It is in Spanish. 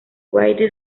why